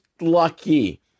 lucky